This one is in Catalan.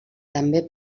també